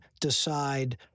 decide